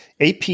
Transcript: AP